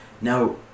Now